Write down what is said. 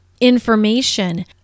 information